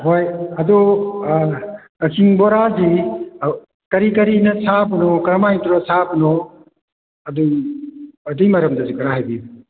ꯍꯣꯏ ꯑꯗꯨ ꯀꯛꯆꯤꯡ ꯕꯣꯔꯥꯗꯤ ꯀꯔꯤ ꯀꯔꯤꯅ ꯁꯥꯕꯅꯣ ꯀꯔꯝꯍꯥꯏꯅ ꯇꯧꯔ ꯁꯥꯕꯅꯣ ꯑꯗꯨꯒꯤ ꯑꯗꯨꯒꯤ ꯃꯔꯝꯗꯁꯨ ꯈꯔ ꯍꯥꯏꯕꯤꯌꯨ